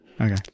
Okay